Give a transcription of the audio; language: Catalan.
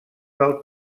del